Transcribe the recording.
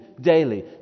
daily